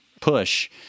push